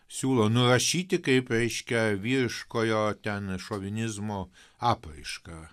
siūlo nurašyti kaip reiškia vyriškojo ten šovinizmo apraišką